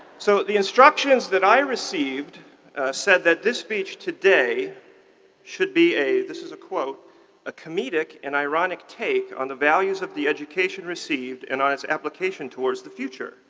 so the instructions that i received said that this speech today should be a this is a quote a comedic and ironic take on the values of the education received and its application towards the future.